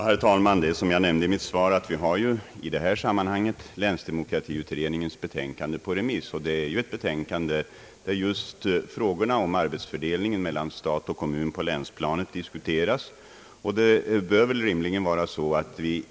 Herr talman! Som jag nämnde i mitt svar är länsdemokratiutredningens betänkande ute på remiss. I detta betänkande diskuteras just frågorna om arbetsfördelningen mellan stat och kommun på länsplanet.